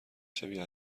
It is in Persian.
شبیه